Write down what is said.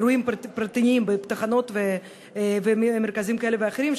אירועים פרטיים בתחנות ובמרכזים כאלה ואחרים,